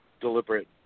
deliberate